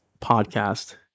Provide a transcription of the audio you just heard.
podcast